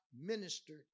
ministered